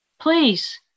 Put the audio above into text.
Please